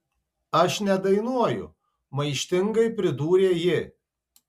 aš nedainuoju maištingai pridūrė ji